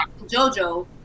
Jojo